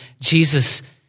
Jesus